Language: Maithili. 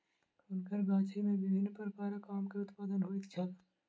हुनकर गाछी में विभिन्न प्रकारक आम के उत्पादन होइत छल